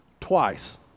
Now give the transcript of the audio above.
twice